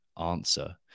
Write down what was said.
answer